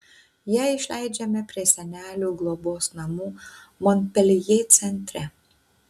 ją išleidžiame prie senelių globos namų monpeljė centre